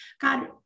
god